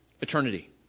eternity